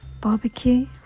Barbecue